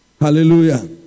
Hallelujah